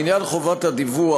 לעניין חובת הדיווח,